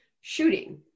shooting